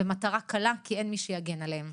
ומטרה קלה כי אין מי שיגן עליהם.